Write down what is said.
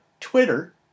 Twitter